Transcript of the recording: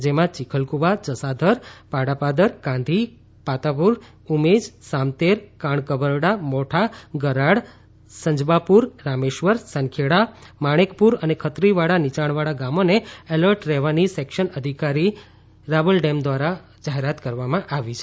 જેમાં ચિખલકુબા જસાધાર પાડાપાદર કાંધી પાતાપુર ઉમેજ સામતેર કાણકબરડા મોઠા ગરાળ સંજબાપુરા રામેશ્વર સનખેડા માણેક પુર અને ખત્રીવાડા નીચાણવાળા ગામોને એલર્ટ રહેવાની સેક્શન અધિકારી રાવલડેમ દ્વારા આપવામાં આવી છે